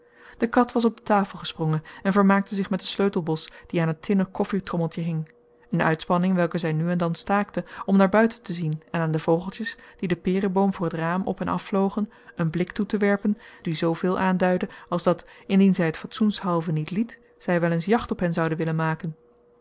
de kat was op de tafel gesprongen en vermaakte zich met den sleutelbos die aan het tinnen koffietrommeltje hing een uitspanning welke zij nu en dan staakte om naar buiten te zien en aan de vogeltjes die den pereboom voor het raam op en af vlogen een blik toe te werpen die zoo veel aanduidde als dat indien zij het fatsoenshalve niet liet zij wel eens jacht op hen zoude willen maken